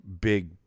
big